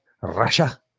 Russia